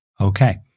Okay